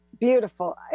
Beautiful